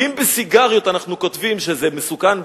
ואם על סיגריות אנחנו כותבים שזה מסוכן,